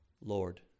Lord